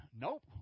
nope